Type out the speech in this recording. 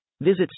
Visit